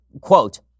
Quote